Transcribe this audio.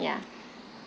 yeah